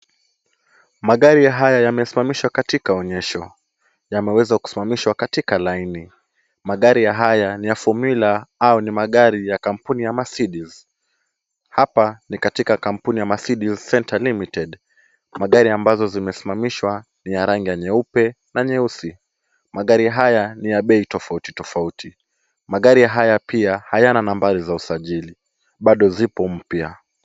Magari haya yamesimamishwa katika onyesho yameweza kusimamishwa katika laini. Magari haya ni ya fomula au ni magari ya kampuni ya Mercedes. Hapa ni katika kampuni ya Mercedes Centre Limited. Magari ambazo zimesimamishwa ni ya rangi ya nyeupe na nyeusi. Magari haya ni ya bei tofauti tofauti. Magari haya pia hayana nambari za usajili. Bado zipo mpya.